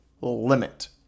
limit